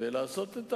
יושב-ראש